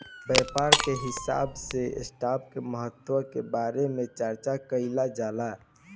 व्यापार के हिसाब से स्टॉप के महत्व के बारे में चार्चा कईल जाला